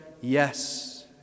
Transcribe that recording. yes